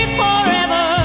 forever